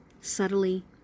subtly